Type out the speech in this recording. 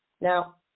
Now